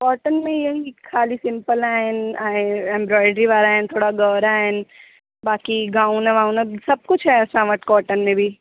cotton में इहेई ख़ाली सिंपल आहिनि ऐं ऐम्ब्रॉयडरी वारा आहिनि थोड़ा ॻोएरा आहिनि बाक़ी गाउन वाउन सभु कुझु आहे असां वटि कॉटन में बि